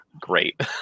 great